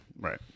right